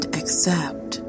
accept